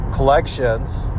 Collections